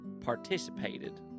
participated